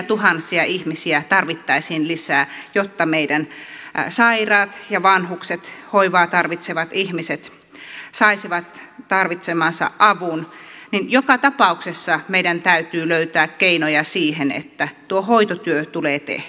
kymmeniätuhansia ihmisiä tarvittaisiin lisää jotta meidän sairaat ja vanhukset hoivaa tarvitsevat ihmiset saisivat tarvitsemansa avun joten joka tapauksessa meidän täytyy löytää keinoja siihen että tuo hoitotyö tulee tehtyä